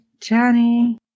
Johnny